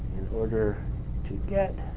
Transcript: order to get